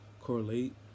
correlate